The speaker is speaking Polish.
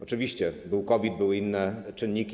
Oczywiście, był COVID, były inne czynniki.